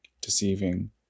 deceiving